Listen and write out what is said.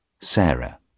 Sarah